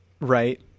Right